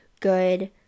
good